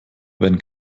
wenn